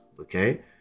okay